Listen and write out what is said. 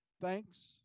Thanks